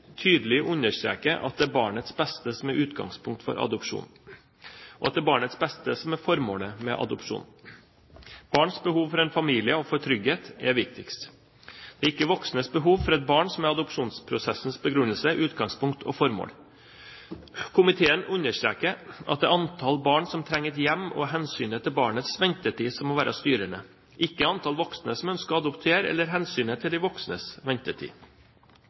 tydelig understreker at det er barnets beste som er utgangspunkt for adopsjon, og at det er barnets beste som er formålet med adopsjon. Barns behov for en familie og for trygghet er viktigst. Det er ikke voksnes behov for et barn som er adopsjonsprosessens begrunnelse, utgangspunkt og formål. Komiteen understreker at det er antall barn som trenger et hjem og hensynet til barnets ventetid, som må være styrende, ikke antall voksne som ønsker å adoptere, eller hensynet til de voksnes ventetid.